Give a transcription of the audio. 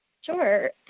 Sure